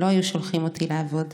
/ לא היו שולחים אותי לעבוד,